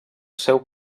seu